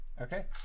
Okay